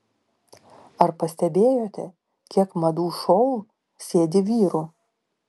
ar pastebėjote kiek madų šou sėdi vyrų